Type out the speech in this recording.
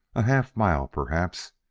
a half-mile, perhaps.